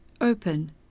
open